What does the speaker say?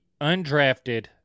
undrafted